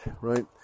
right